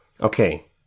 Okay